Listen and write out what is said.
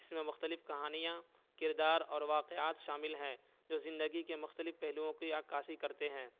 اس میں مختلف کہانیاں کردار اور واقعات شامل ہیں جو زندگی کے مختلف پہلوؤں کی عکاسی کرتے ہیں